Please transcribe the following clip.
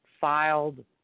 filed